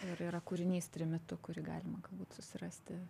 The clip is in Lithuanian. ir yra kūrinys trimitu kurį galima galbūt susirasti